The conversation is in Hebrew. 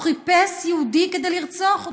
הוא חיפש יהודי כדי לרצוח אותו.